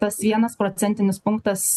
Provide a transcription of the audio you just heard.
tas vienas procentinis punktas